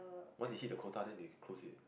once they hit the quota then they will close it